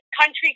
country